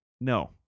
No